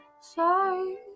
Sorry